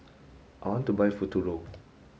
I want to buy Futuro